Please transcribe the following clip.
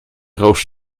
roos